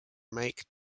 make